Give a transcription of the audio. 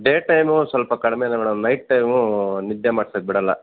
day time ಸ್ವಲ್ಪ ಕಡ್ಮೆಯೇ madam night time ನಿದ್ದೆ ಮಾಡ್ಸಕ್ಕೆ ಬಿಡೋಲ್ಲ